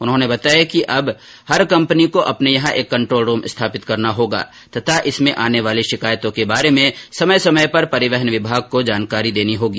उन्होंने बताया कि अब हर कम्पनी को अपने यहां एक कन्ट्रोल रूम स्थापित करना होगा तथा इसमें आने वाली शिकायतों के बारे में समय समय पर परिवहन विभाग को जानकारी देनी होगी